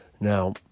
Now